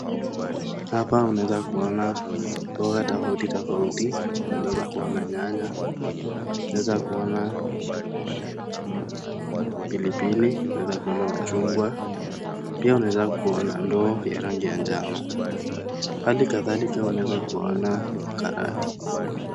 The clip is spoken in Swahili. Hapa unaeza kuona mboga tofauti tofauti ,nyanya, pilipili, machungwa, ndoo ya rangi ya njano, hali kadhalika pia karoti.